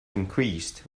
increased